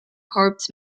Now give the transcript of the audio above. corps